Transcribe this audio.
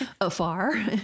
afar